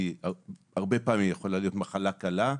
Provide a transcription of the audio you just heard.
שהרבה פעמים יכולה להיות מחלה קלה,